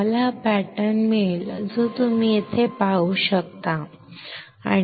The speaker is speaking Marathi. आम्हाला हा पॅटर्न मिळेल जो तुम्ही इथे पाहू शकता